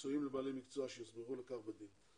מקצועיים לבעלי מקצוע שיוסדרו לכך בדין.